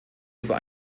über